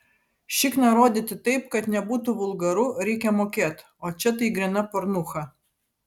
šikną rodyti taip kad nebūtų vulgaru reikia mokėt o čia tai gryna pornucha